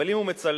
אבל אם הוא מצלם,